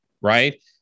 right